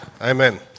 Amen